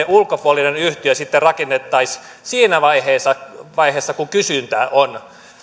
ulkopuolinen yhtiö sitten rakentaisi siinä vaiheessa vaiheessa kun kysyntää on